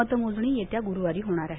मतमोजणी येत्या गुरुवारी होणार आहे